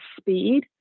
speed